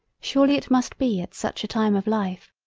surely it must be at such a time of life.